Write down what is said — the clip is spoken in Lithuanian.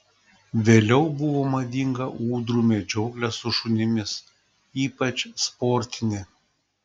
vėliau buvo madinga ūdrų medžioklė su šunimis ypač sportinė